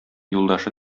юлдашы